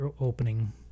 opening